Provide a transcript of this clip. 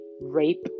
rape